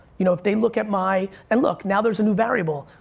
you know if they look at my and look, now there's a new variable.